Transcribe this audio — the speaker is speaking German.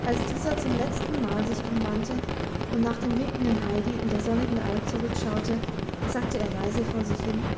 als dieser zum letztenmal sich umwandte und nach dem winkenden heidi und der sonnigen alp zurückschaute sagte er leise vor sich hin